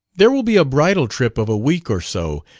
there will be a bridal-trip of a week or so,